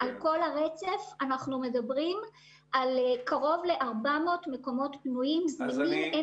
יש קרוב ל-400 מקומות פנויים, זמינים.